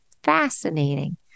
fascinating